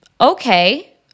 okay